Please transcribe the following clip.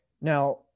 now